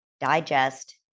digest